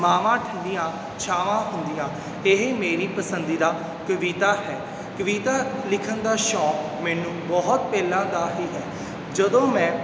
ਮਾਵਾਂ ਠੰਡੀਆਂ ਛਾਵਾਂ ਹੁੰਦੀਆਂ ਇਹ ਮੇਰੀ ਪਸੰਦੀਦਾ ਕਵਿਤਾ ਹੈ ਕਵਿਤਾ ਲਿਖਣ ਦਾ ਸ਼ੌਂਕ ਮੈਨੂੰ ਬਹੁਤ ਪਹਿਲਾਂ ਦਾ ਹੀ ਹੈ ਜਦੋਂ ਮੈਂ